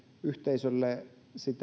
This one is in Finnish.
yhteisölle